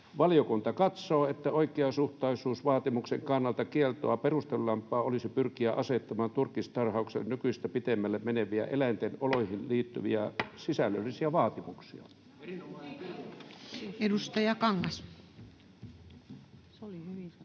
”valiokunta katsoo, että oikeasuhtaisuusvaatimuksen kannalta kieltoa perustellumpaa olisi pyrkiä asettamaan turkistarhaukselle nykyistä pitemmälle meneviä eläinten oloihin liittyviä sisällöllisiä vaatimuksia”. [Speech 133]